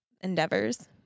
endeavors